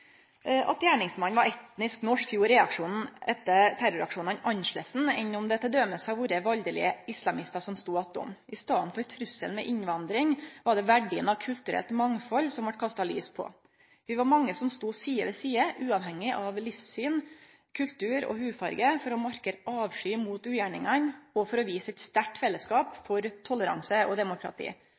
At gjerningsmannen var etnisk norsk, gjorde reaksjonen etter terroraksjonane annleis enn om det t.d. hadde vore valdelege islamistar som stod attom. I staden for trusselen ved innvandring var det verdien av kulturelt mangfald som vart kasta lys på. Vi var mange som stod side ved side uavhengig av livssyn, kultur og hudfarge for å markere avsky mot ugjerningane og for å vise ein sterk fellesskap for toleranse og demokrati.